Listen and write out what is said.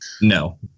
No